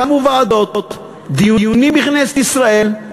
קמו ועדות, דיונים בכנסת ישראל,